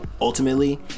ultimately